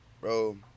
bro